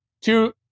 two